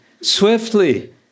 swiftly